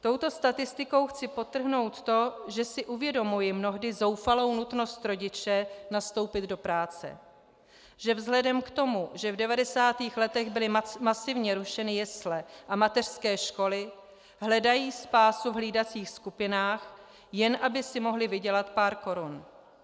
Touto statistikou chci podtrhnout to, že si uvědomuji mnohdy zoufalou nutnost rodiče nastoupit do práce, že vzhledem k tomu, že v 90. letech byly masivně rušeny jesle a mateřské školy, hledají spásu v hlídacích skupinách, jen aby si mohli vydělat pár korun.